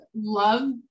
love